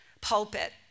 pulpit